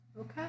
Okay